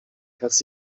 herz